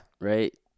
right